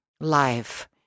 life